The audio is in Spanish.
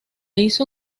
hizo